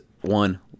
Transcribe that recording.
one